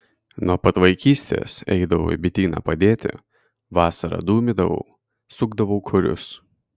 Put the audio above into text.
nuo pat vaikystės eidavau į bityną padėti vasarą dūmydavau sukdavau korius